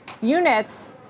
units